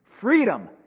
Freedom